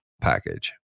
package